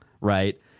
right